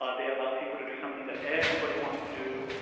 um they allow people to do something that everybody wants to do.